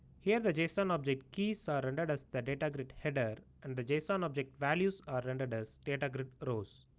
here, the json object keys are rendered as the data grid header and the json object values are rendered as data grid rows.